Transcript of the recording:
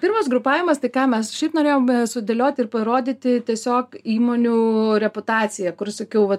pirmas grupavimas tai ką mes šiaip norėjom sudėliot ir parodyti tiesiog įmonių reputaciją kur sakiau va